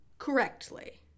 Correctly